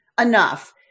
enough